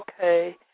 okay